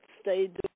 stayed